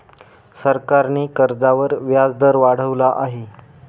सरकारने कर्जावर व्याजदर वाढवला आहे